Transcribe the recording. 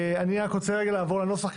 אני רוצה רגע לעבור לנוסח,